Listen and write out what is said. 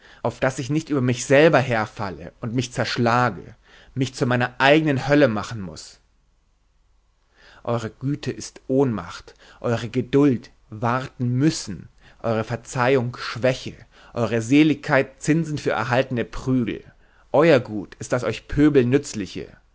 auf daß ich nicht über mich selber herfalle und mich zerschlage mich zu meiner eigenen hölle machen muß eure güte ist ohnmacht eure geduld warten müssen eure verzeihung schwäche eure seligkeit zinsen für erhaltene prügel euer gut das euch pöbel nützliche